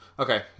Okay